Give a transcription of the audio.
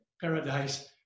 paradise